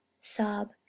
sob